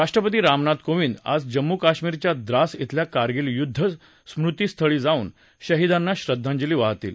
राष्ट्रपती रामनाथ कोविंद आज जम्मू कश्मीरच्या द्रास इथल्या कारगिल युद्ध स्मृति स्थळी जाऊन शहीदांना श्रद्वांजली वाहतील